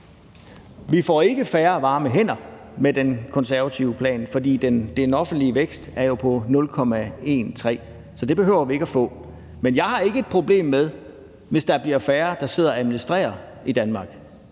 Vi får ikke færre varme hænder med den konservative plan, for den offentlige vækst er jo på 0,13 pct. – så det behøver vi ikke at få. Men jeg har ikke et problem med det, hvis der bliver færre, der sidder og administrerer i Danmark.